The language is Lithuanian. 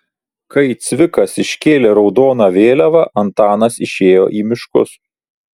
kai cvikas iškėlė raudoną vėliavą antanas išėjo į miškus